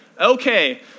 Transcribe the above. Okay